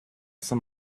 some